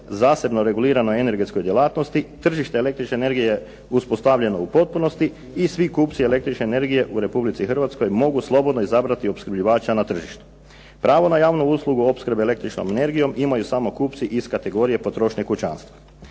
zasebno reguliranoj energetskoj djelatnosti, tržište električne energije uspostavljeno je u potpunosti i svi kupci električne energije u Republici Hrvatskoj mogu slobodno izabrati opskrbljivača na tržištu. Pravo na javnu uslugu opskrbe električnom energijom imaju samo kupci iz kategorije potrošnje kućanstva.